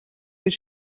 гэж